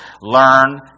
Learn